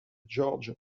george